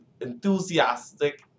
Enthusiastic